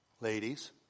Ladies